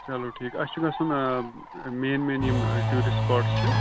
چلو ٹھیٖک اَسہِ چھِ گژھُنمین مین یِم ٹوٗرِشٹ سٕپاٹٕس چھِ